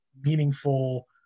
meaningful